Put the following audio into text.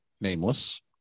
nameless